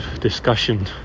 discussion